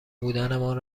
بودنمان